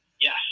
Yes